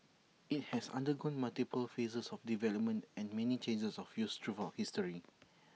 IT has undergone multiple phases of development and many changes of use throughout history